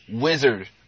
wizard